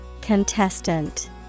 Contestant